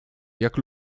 jak